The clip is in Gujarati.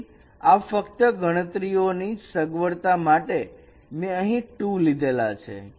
તેથી આ ફક્ત ગણતરીઓ ની સગવડતા માટે મેં અહીં 2 લીધેલા છે